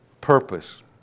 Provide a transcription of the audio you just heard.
purpose